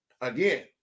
Again